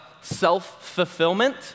self-fulfillment